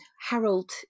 harold